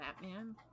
Batman